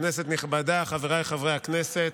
כנסת נכבדה, חבריי חברי הכנסת,